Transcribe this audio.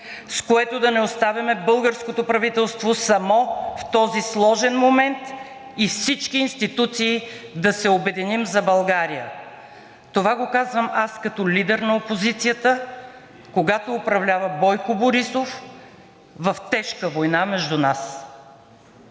с което да не оставяме българското правителство само в този сложен момент, и всички институции да се обединим за България." "Това го казвам аз, като лидер на опозицията, когато управлява Бойко Борисов – в тежка война между нас.